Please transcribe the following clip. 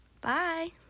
bye